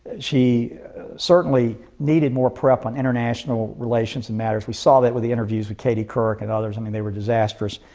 she certainly needed more prep on international relations and matters. we saw that with the interviews with katie couric and others. i mean they were disastrous.